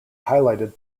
highlighted